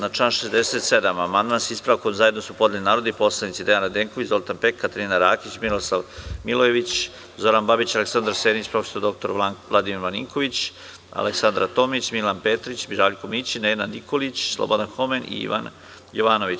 Na član 67. amandman sa ispravkom zajedno su podneli narodni poslanici Dejan Radenković, Zoltan Pek, Katarina Rakić, Milosav Milojević, Zoran Babić, Aleksandar Senić, prof. dr Vladimir Marinković, Aleksandra Tomić, Milan Petrić, Žarko Mićin, Nenad Nikolić, Slobodan Homen i Ivan Jovanović.